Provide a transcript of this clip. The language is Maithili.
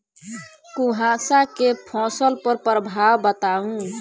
कुहासा केँ फसल पर प्रभाव बताउ?